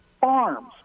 farms